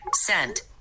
Sent